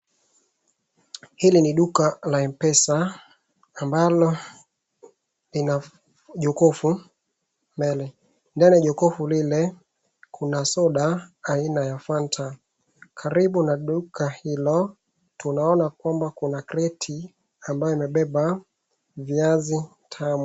Hili ni duka la Mpesa ambalo lina jokofu mbele. Ndani ya jokofu lile kuna soda aina ya Fanta. Karibu na duka hilo tunaona kwamba kuna kreti ambao imebeba viazi tamu.